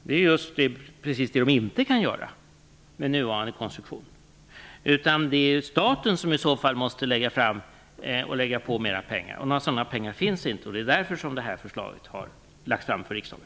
Det är precis vad de inte kan göra med nuvarande konstruktion. Det är staten som i så fall måste lägga på mera pengar. Några sådana pengar finns inte. Därför har det här förslaget lagts fram för riksdagen.